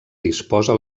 disposa